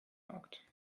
akt